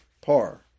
par